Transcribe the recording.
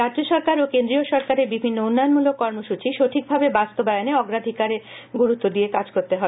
রাজ্য সরকার ও কেন্দ্রীয় সরকারের বিভিন্ন উন্নয়নমূলক কর্মসূচি সঠিকভাবে বাস্তবায়নে আধিকারিকদের গুরুত্ব দিয়ে কাজ করতে হবে